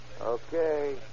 Okay